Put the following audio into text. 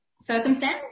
circumstance